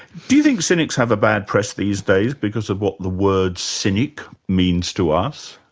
do you think cynics have a bad press these days because of what the word cynic means to us?